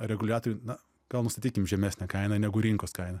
reguliatoriui na gal nustatykim žemesnę kainą negu rinkos kaina